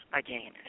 again